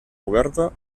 oberta